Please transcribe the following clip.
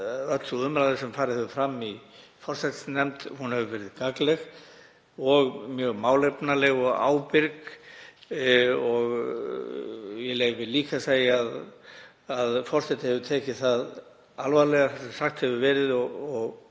sú umræða sem farið hefur fram í forsætisnefnd hefur verið gagnleg og mjög málefnaleg og ábyrg. Ég leyfi mér líka að segja að forseti hefur tekið það alvarlega sem sagt hefur verið og